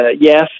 yes